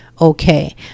Okay